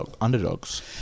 underdogs